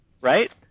right